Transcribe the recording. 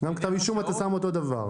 גם כתב אישום, אתה שם אותו הדבר.